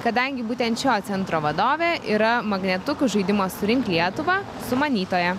kadangi būtent šio centro vadovė yra magnetukų žaidimo surink lietuvą sumanytoja